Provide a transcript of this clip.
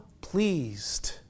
pleased